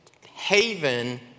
haven